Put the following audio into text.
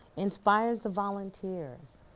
inspires the volunteers,